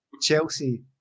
Chelsea